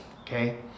okay